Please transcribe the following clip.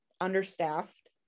understaffed